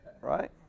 right